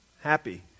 Happy